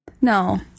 No